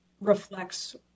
reflects